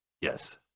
Yes